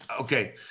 okay